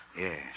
Yes